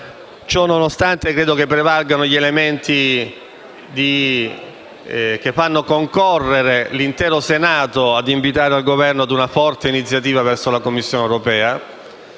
Ciò nonostante, credo prevalgano gli elementi che fanno concorrere l'intero Senato a invitare il Governo ad una forte iniziativa verso la Commissione europea;